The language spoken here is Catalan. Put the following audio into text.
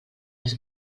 les